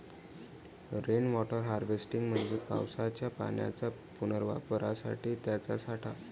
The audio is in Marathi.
रेन वॉटर हार्वेस्टिंग म्हणजे पावसाच्या पाण्याच्या पुनर्वापरासाठी त्याचा साठा